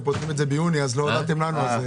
פותחים את זה ביוני אך לא הודעתם לנו.